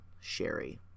Sherry